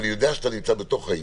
אני יודע שאתה בתוך העניין,